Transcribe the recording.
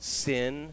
sin